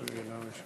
אדוני היושב-ראש,